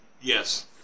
Yes